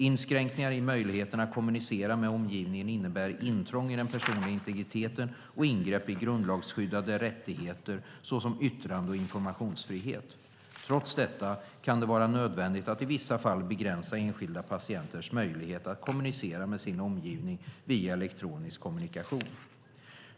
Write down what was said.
Inskränkningar i möjligheten att kommunicera med omgivningen innebär intrång i den personliga integriteten och ingrepp i grundlagsskyddade rättigheter såsom yttrande och informationsfrihet. Trots detta kan det vara nödvändigt att i vissa fall begränsa enskilda patienters möjlighet att kommunicera med sin omgivning via elektronisk kommunikation.